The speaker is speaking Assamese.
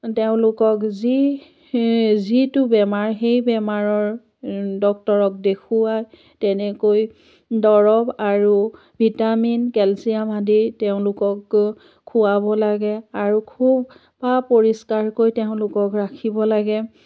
তেওঁলোকক যি যিটো বেমাৰ সেই বেমাৰৰ ডক্টৰক দেখুওঁৱাই তেনেকৈ দৰব আৰু ভিটামিন কেলছিয়াম আদি তেওঁলোকক খোৱাব লাগে আৰু খুব পা পৰিষ্কাৰকৈ তেওঁলোকক ৰাখিব লাগে